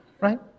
right